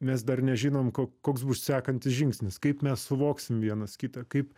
mes dar nežinom kok koks bus sekantis žingsnis kaip mes suvoksim vienas kitą kaip